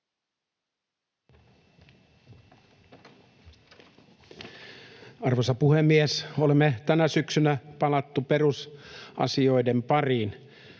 Arvoisa puhemies! Olemme tänä syksynä palanneet perusasioiden pariin: